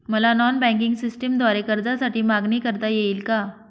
मला non banking सिस्टमद्वारे कर्जासाठी मागणी करता येईल का?